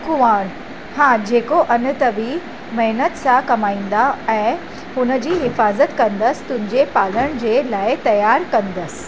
कुंवारु हा जेको अन त बि महिनत सां कमाईंदा ऐं हुनजी हिफ़ाज़त कंदसि तुंहिंजे पालण जे लाइ तयारु कंदसि